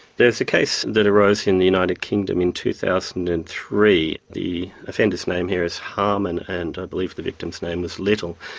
there's a case that arose in the united kingdom, in two thousand and three. the offender's name here is harman, and i believe the victim's name was little.